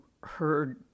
heard